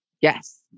Yes